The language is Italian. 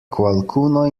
qualcuno